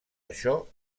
això